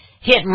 hit